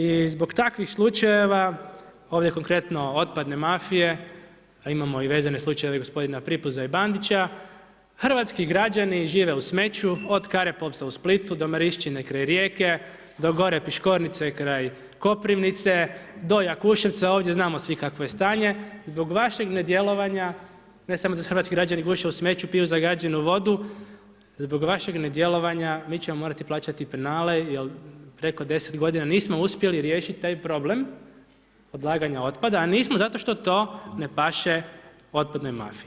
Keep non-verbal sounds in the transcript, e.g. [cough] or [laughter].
I zbog takvih slučajeva, ovdje konkretno otpadne mafije a imamo i vezane slučajeve gospodina … [unintelligible] Bandića, hrvatski građani žive u smeću od Karepovca u Splitu, do Marišćine kraj Rijeke, do gore Piškornice kraj Koprivnice, do Jakuševca, ovdje znamo svi kakvo je stanje, zbog vašeg nedjelovanja, ne samo da se hrvatski građani guše u smeću, piju zagađenu vodu, zbog vašeg nedjelovanja, mi ćemo morati plaćati penale, jer preko 10 g. nismo uspjeli riješiti taj problem, odlaganja otpada, a nismo zato što to ne paše otpadnoj mafiji.